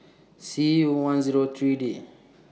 C U one Zero three D